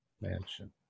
Mansion